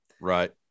right